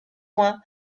ouen